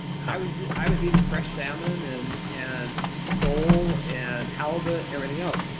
i was i was eating fresh salmon and and sole and halibut, everything else.